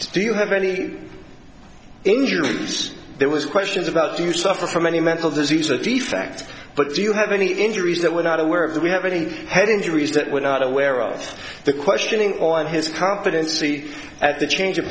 do you have any injuries there was questions about do you suffer from any mental disease or defect but do you have any injuries that we're not aware of that we have any head injuries that we're not aware of the questioning or in his competency at the change of